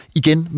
igen